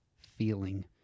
feeling